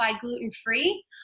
gluten-free